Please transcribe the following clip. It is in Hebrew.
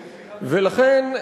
ולכן,